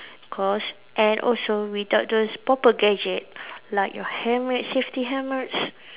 cause and also without those proper gadget like your helmet safety helmets